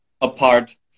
apart